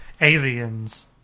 Aliens